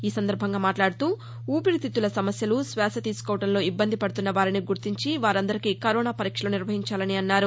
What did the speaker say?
ఈ సందర్బంగా మాట్లాడుతూ ఊపిరితిత్తుల సమస్యలు శ్వాస తీసుకోవడంలో ఇబ్బంది పడుతున్న వారిని గుర్తించి వారందరికీ కరోనా పరీక్షలు నిర్వహించాలన్నారు